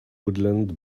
woodland